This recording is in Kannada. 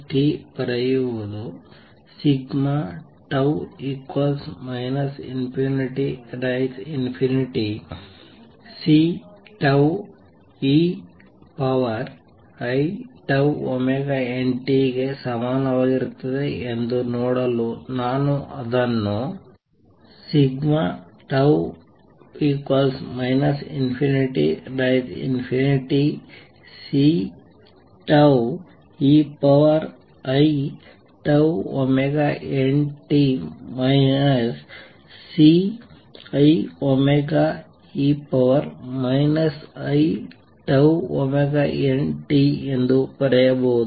X ಬರೆಯುವುದು τ ∞Ceiτωt ಗೆ ಸಮನಾಗಿರುತ್ತದೆ ಎಂದು ನೋಡಲು ನಾನು ಇದನ್ನು τ ∞CeiτωtC τe iτωtಎಂದು ಬರೆಯಬಹುದು